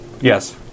Yes